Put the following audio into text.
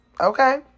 Okay